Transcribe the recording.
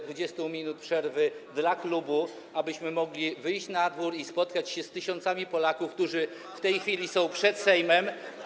20 minut przerwy dla klubów, abyśmy mogli wyjść na dwór i spotkać się z tysiącami Polaków, którzy w tej chwili są przed Sejmem.